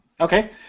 Okay